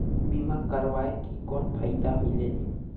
बीमा करवाय के कौन फाइदा मिलेल?